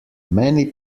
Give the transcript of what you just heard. many